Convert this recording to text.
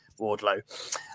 Wardlow